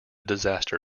disaster